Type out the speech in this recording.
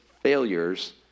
failures